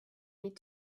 need